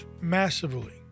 massively